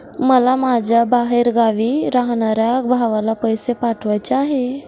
मला माझ्या बाहेरगावी राहणाऱ्या भावाला पैसे पाठवायचे आहे